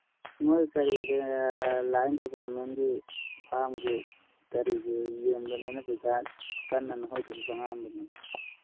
ꯅꯣꯏ ꯀꯔꯤ ꯂꯥꯏꯟ ꯗꯤꯄꯥꯔꯠꯃꯦꯟꯒꯤ ꯐꯥꯝꯒꯤ ꯀꯔꯤꯒꯤ ꯌꯦꯟꯕꯅꯦꯅ ꯄꯩꯁꯥ ꯀꯟꯅ ꯅꯣꯏꯗꯁꯨ ꯆꯪꯉꯛꯑꯝꯕꯅꯤ